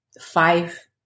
five